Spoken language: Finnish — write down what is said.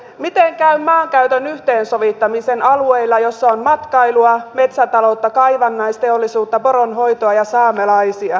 miten käy maankäytön yhteensovittamisen alueilla missä on matkailua metsätaloutta kaivannaisteollisuutta poronhoitoa ja saamelaisia